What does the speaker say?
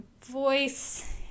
voice